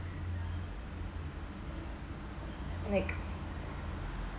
like